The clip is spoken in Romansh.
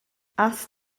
has